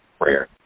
prayer